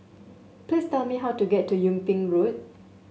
please tell me how to get to Yung Ping Road